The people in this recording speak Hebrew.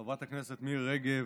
חברת הכנסת מירי רגב,